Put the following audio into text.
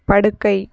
படுக்கை